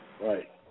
Right